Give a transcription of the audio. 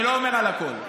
אני לא אומר על הכול.